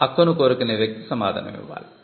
హక్కుని కోరుకునే వ్యక్తి సమాధానమివ్వాలి